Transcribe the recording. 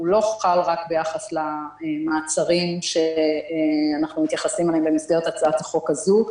הוא לא חל רק ביחס למעצרים שאנחנו מתייחסים אליהם במסגרת הצעת החוק הזו,